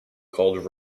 called